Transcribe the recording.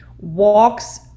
walks